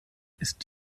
ist